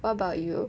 what about you